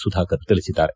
ಸುಧಾಕರ್ ತಿಳಿಸಿದ್ದಾರೆ